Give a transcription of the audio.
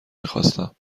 میخواستم